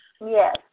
Yes